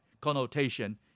connotation